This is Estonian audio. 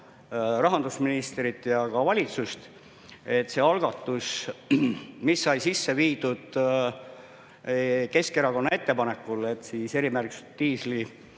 rahandusministrit ja ka valitsust, et seda algatust, mis sai sisse viidud Keskerakonna ettepanekul, et erimärgistatud